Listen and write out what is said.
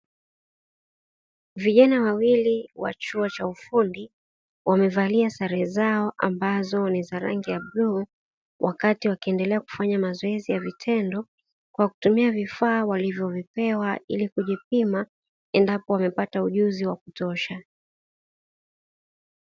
Vijana wawili wa chuo cha ufundi, wamevalia sare zao ambazo ni za rangi ya buluu wakati wakiendelea kufanya mazoezi ya vitendo, kwa kutumia vifaa walivyovipewa ili kujipima, endapo wamepata ujuzi wa kutosha.